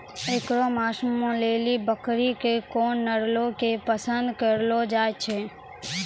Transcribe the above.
एकरो मांसो लेली बकरी के कोन नस्लो के पसंद करलो जाय छै?